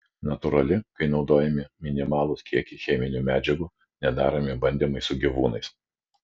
natūrali kai naudojami minimalūs kiekiai cheminių medžiagų nedaromi bandymai su gyvūnais